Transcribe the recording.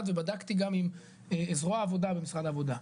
ובדקתי גם עם זרוע העבודה במשרד העבודה.